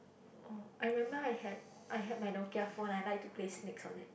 oh I remember I had I had my Nokia phone and I liked to play snakes on it